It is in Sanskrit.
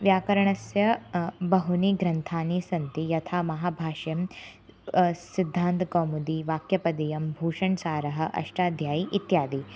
व्याकरणस्य बहवः ग्रन्थाः सन्ति यथा महाभाष्यं सिद्धान्तकौमुदी वाक्यपदीयं भूषणसारः अष्टाध्यायी इत्यादयः